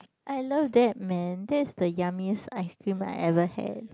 I love that man that is the yummiest ice cream I ever had